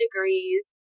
degrees